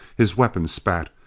his weapon spat.